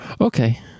Okay